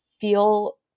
feel